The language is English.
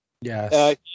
Yes